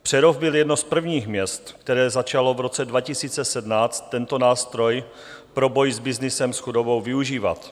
Přerov byl jedno z prvních měst, které začalo v roce 2017 tento nástroj pro boj s byznysem s chudobou využívat.